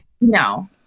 no